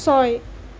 ছয়